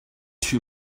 two